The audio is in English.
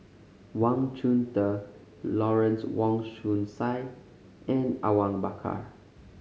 Wang Chunde Lawrence Wong Shyun Tsai and Awang Bakar